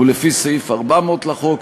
ולפי סעיף 400 לחוק,